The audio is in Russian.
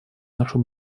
нашу